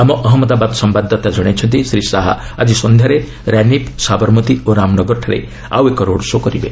ଆମ ଅହମ୍ମଦାବାଦ ସମ୍ଭାଦଦାତା ଜଣାଇଛନ୍ତି ଶ୍ରୀ ଶାହା ଆଜି ସନ୍ଧ୍ୟାରେ ରାନୀପ୍ ସାବରମତୀ ଓ ରାମନଗରଠାରେ ଆଉ ଏକ ରୋଡ୍ ସୋ' କରିବେ